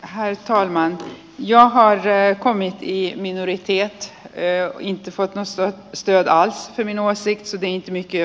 ähäissä ilmaan ja hartree coni kiia mineriittiä ei voi hoitaa sen työtä on minua se itse tärkeä asia